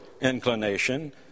inclination